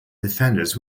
defenders